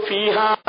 Fiha